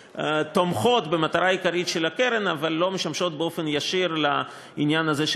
שתומכות במטרה העיקרית של הקרן אבל לא משמשות באופן ישיר לעניין הזה,